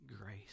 grace